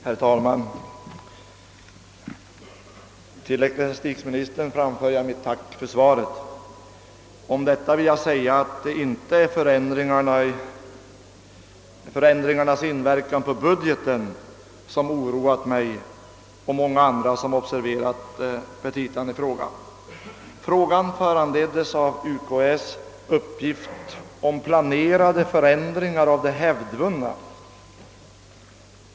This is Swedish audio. Herr talman! Till ecklesiastikministern framför jag mitt tack för svaret. Om detta vill jag säga att det inte är förändringarnas inverkan på budgeten som oroat mig och många andra som observerat ifrågavarande petita. Min fråga föranleddes av universitetskanslersämbetets uppgift om planerade förändringar av det hävdvunna.